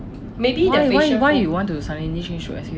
why why why you want to suddenly change to SK-II